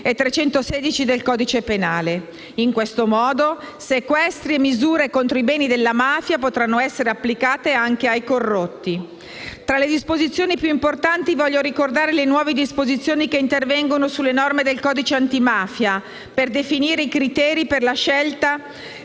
e 316 del codice penale. In questo modo sequestri e misure contro i beni della mafia potranno essere applicati anche ai corrotti. Tra le norme più importanti desidero ricordare le nuove disposizioni che intervengono sulle norme del codice antimafia per definire i criteri per la scelta